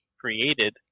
created